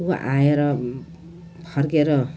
ऊ आएर फर्केर